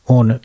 on